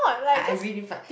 I I really fart